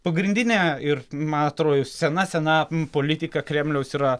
pagrindinė ir man atro jau sena sena politika kremliaus yra